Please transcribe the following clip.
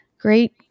great